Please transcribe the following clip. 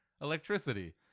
electricity